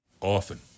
Often